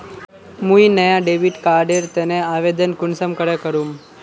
मुई नया debit card एर तने आवेदन कुंसम करे करूम?